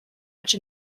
much